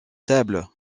table